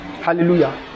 hallelujah